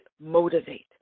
motivate